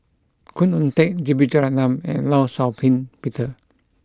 Khoo Oon Teik J B Jeyaretnam and Law Shau Ping Peter